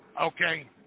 Okay